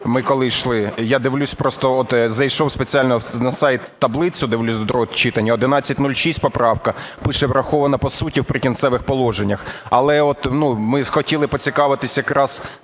ми коли ішли, я дивлюся просто от зайшов спеціально на сайт, таблицю дивлюся до другого читання, 1106 поправка. Пише: враховано по суті в "Прикінцевих положеннях". Але от, ну, ми хотіли поцікавитися якраз